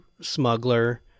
smuggler